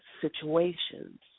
situations